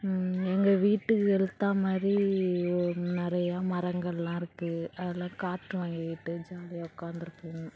எங்கள் வீட்டுக்கு எதித்தா மாதிரி நிறைய மரங்களெலாம் இருக்குது அதில் காற்று வாங்கிக்கிட்டு ஜாலியாக உட்காந்துருப்போம்